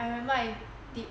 I remember I did